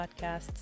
Podcasts